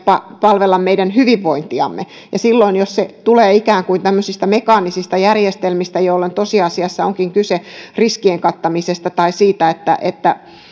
palvella meidän hyvinvointiamme silloin jos se tulee ikään kuin tämmöisistä mekaanisista järjestelmistä jolloin tosiasiassa onkin kyse riskien kattamisesta tai siitä että